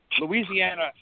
Louisiana